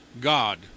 God